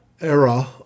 era